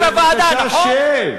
בבקשה שב.